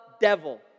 devil